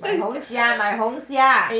买红霞买红霞